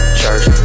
church